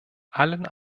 allen